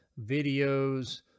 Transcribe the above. videos